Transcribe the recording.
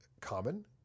common